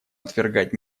отвергать